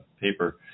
paper